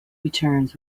returns